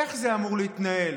איך זה אמור להתנהל?